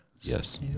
Yes